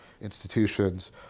institutions